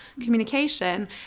communication